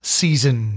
season